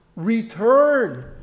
Return